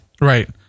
Right